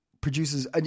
produces